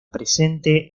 presente